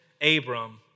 Abram